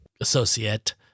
associate